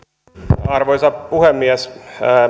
arvoisa puhemies